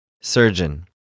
Surgeon